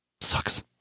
Sucks